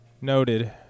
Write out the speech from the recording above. Noted